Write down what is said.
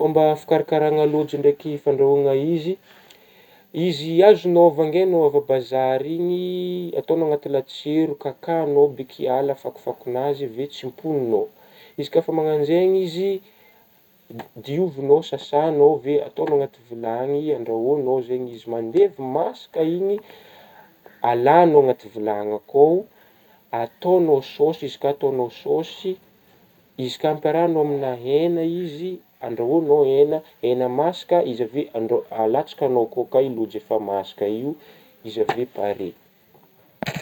Fômba fikarakaragna lojy ndraiky fandrahoagna izy ,izy azonao vangainao avy abazary igny ,ataonao anaty latsero kakanao be ki hiala fakofakon'azy avy eo tsimponignao ,izy ka efa managno zegny izy diovignao sasagnao ve-ataognao anaty vilagny andrahoagnao zegny izy mandevy masaka igny alagnao anaty vilany akao atagnao saosy ,izy ka ataognao saosy izy ka ampiarahagnao aminah hena izy ,andrahoagnao hena hena masaka izy avy eo andro-alatsagnao koa ka lojy efa masaka io, izy avy eo pare.